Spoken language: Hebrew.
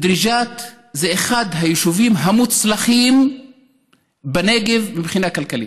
היישוב דריג'את זה אחד היישובים המוצלחים בנגב מבחינה כלכלית.